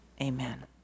amen